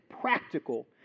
practical